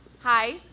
Hi